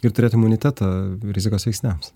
ir turėti imunitetą rizikos veiksniams